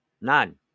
None